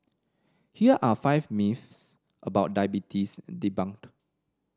here are five myths about diabetes debunked